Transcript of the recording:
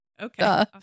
Okay